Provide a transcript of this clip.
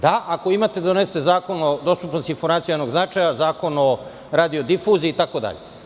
Da, ako imate da donesete Zakon o dostupnosti informacija od javnog značaja, Zakon o radiodifuziji itd.